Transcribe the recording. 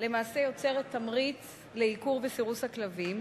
למעשה יוצרת תמריץ לעיקור וסירוס של הכלבים,